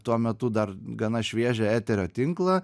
tuo metu dar gana šviežią eterio tinklą